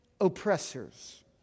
oppressors